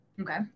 okay